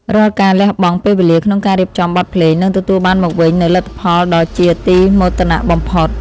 រាល់ការលះបង់ពេលវេលាក្នុងការរៀបចំបទភ្លេងនឹងទទួលបានមកវិញនូវលទ្ធផលដ៏ជាទីមោទនៈបំផុត។